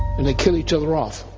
and they kill each other off.